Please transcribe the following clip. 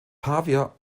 pavia